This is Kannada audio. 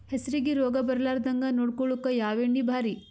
ಹೆಸರಿಗಿ ರೋಗ ಬರಲಾರದಂಗ ನೊಡಕೊಳುಕ ಯಾವ ಎಣ್ಣಿ ಭಾರಿ?